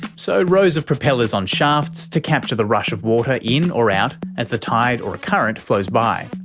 so rows of propellers on shafts to capture the rush of water in or out as the tide or a current flows by.